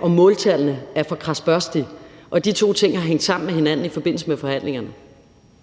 om måltallene er for kradsbørstige, og de to ting har hængt sammen med hinanden i forbindelse med forhandlingerne,